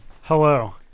hello